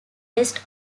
rest